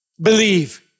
believe